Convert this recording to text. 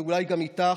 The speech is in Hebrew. ואולי גם איתך,